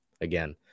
again